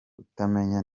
kutamenya